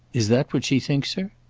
is that what she thinks her?